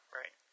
right